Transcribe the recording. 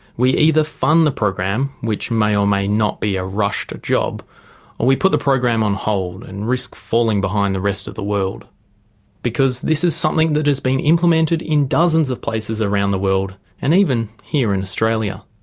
we either fund the program which may or may not be a rushed job or we put the program on hold and risk falling behind the rest of the world because this is something that has been implemented in dozens of places around the world and even here in australia.